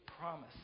promise